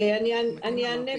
אני לא צופה